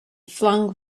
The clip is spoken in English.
flung